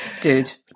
Dude